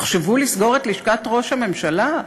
תחשבו לסגור את לשכת ראש הממשלה?